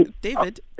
David